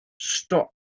stop